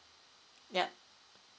yup